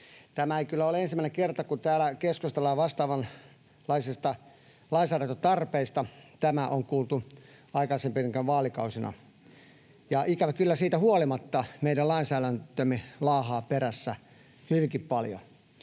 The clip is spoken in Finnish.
Tämä ei kyllä ole ensimmäinen kerta, kun täällä keskustellaan vastaavanlaisesta lainsäädäntötarpeesta, vaan tämä on kuultu aikaisempinakin vaalikausina, ja ikävä kyllä siitä huolimatta meidän lainsäädäntömme laahaa perässä hyvinkin paljon.